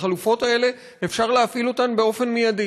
החלופות האלה, אפשר להפעיל אותן מייד.